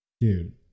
Dude